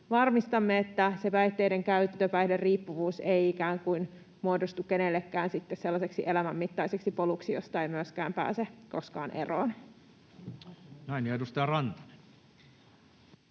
varmistamme, että se päihteiden käyttö, päihderiippuvuus ei muodostu kenellekään sitten sellaiseksi elämänmittaiseksi poluksi, josta ei myöskään pääse koskaan eroon. [Speech 125] Speaker: